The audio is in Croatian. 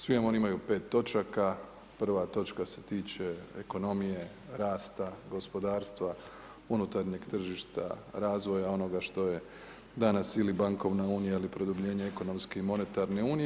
Svi vam oni imaju 5. točaka, 1. točka se tiče ekonomije, rasta, gospodarstva, unutarnjeg tržišta, razvoja onoga što je danas ili bankovna unije ili produbljenje ekonomske i monetarne unije.